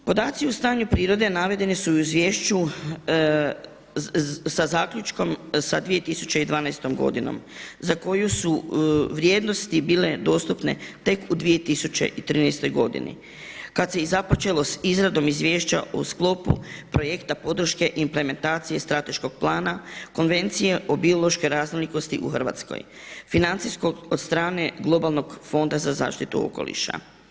Podaci o stanju prirode navedeni su i u izvješću sa zaključkom sa 2012. godinom za koju su vrijednosti bile dostupne tek u 2013. godini kad se i započelo sa izradom izvješća u sklopu projekta podrške implementacije strateškog plana, Konvencije o biološkoj raznolikosti u Hrvatskoj, financijskog od strane globalnog Fonda za zaštitu okoliša.